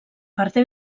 perdé